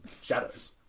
shadows